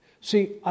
see